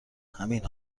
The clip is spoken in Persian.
همین